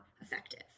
effective